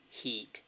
heat